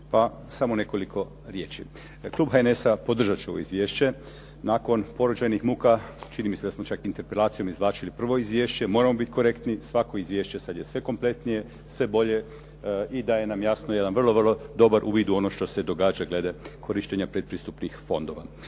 pa samo nekoliko riječi. Klub HNS-a podržat će ovo izvješće. Nakon porođajnih muka čini mi se da smo čak interpelacijom izvlačili prvo izvješće, moramo biti korektni, svako izvješće sad je sve kompletnije, sve bolje i daje nam jasno jedan vrlo, vrlo dobar uvid u ono što se događa glede korištenja predpristupnih fondova.